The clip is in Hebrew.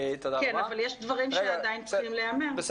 אבל יש דברים שעדיין צריכים להיאמר.